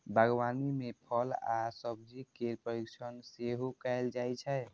बागवानी मे फल आ सब्जी केर परीरक्षण सेहो कैल जाइ छै